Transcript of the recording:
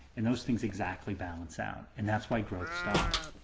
and those things exactly balance out. and that's why growth stops.